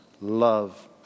love